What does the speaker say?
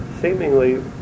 seemingly